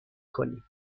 کنیم